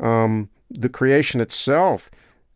um the creation itself